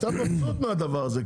אתה מבסוט מהדבר הזה,